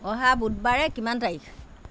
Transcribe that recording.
অহা বুধবাৰে কিমান তাৰিখ